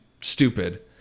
stupid